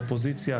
אופוזיציה,